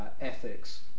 ethics